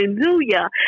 Hallelujah